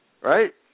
right